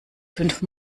fünf